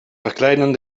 verkleinen